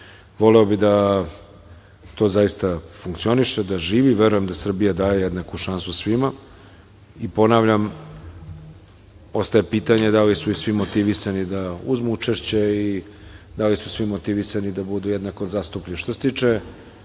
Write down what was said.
bih da to zaista funkcioniše, da živi. Verujem da Srbija daje jednaku šansu svima i ponavljam ostaje pitanje da li su svi motivisani da uzmu učešće i da li su svi motivisani da budu jednako zastupljeni. Što se tiče